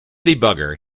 debugger